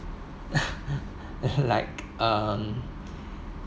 like um